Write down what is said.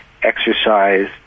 Exercise